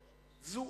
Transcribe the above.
זוארץ,